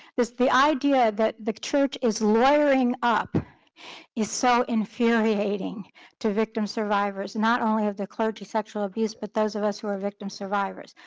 this the idea that the church is lawyering up is so infuriating to victims survivors, not only of the clergy sexual abuse but those of us who are victims survivors.